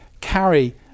carry